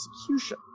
execution